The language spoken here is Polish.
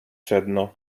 sedno